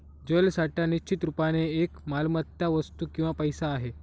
जलसाठा निश्चित रुपाने एक मालमत्ता, वस्तू किंवा पैसा आहे